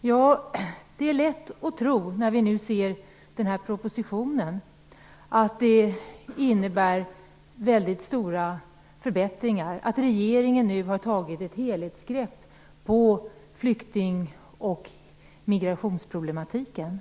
När man nu ser propositionen är det lätt att tro att den innebär väldigt stora förbättringar, att regeringen nu har tagit ett helhetsgrepp på flykting och migratinsproblematiken.